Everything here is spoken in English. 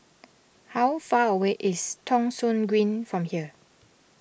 how far away is Thong Soon Green from here